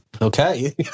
Okay